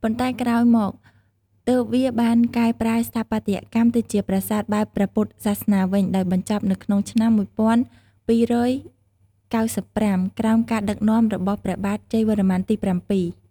ប៉ុន្តែក្រោយមកទើបវាបានកែប្រែស្ថាបត្យកម្មទៅជាប្រាសាទបែបព្រះពុទ្ធសាសនាវិញ ដោយបញ្ចប់នៅក្នុងឆ្នាំ ១២៩៥ ក្រោមការដឹកនាំរបស់ព្រះបាទជ័យវរ្ម័នទី៧។